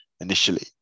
Initially